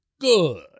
Good